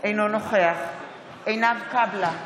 אינו נוכח עינב קאבלה,